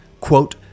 quote